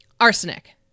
Arsenic